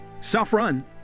saffron